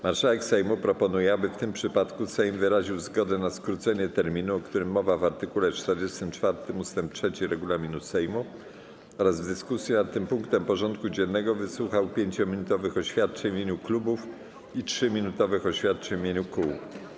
Marszałek Sejmu proponuje, aby w tym przypadku Sejm wyraził zgodę na skrócenie terminu, o którym mowa w art. 44 ust. 3 regulaminu Sejmu, oraz w dyskusji nad tym punktem porządku dziennego wysłuchał 5-minutowych oświadczeń w imieniu klubów i 3-minutowych oświadczeń w imieniu kół.